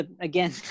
again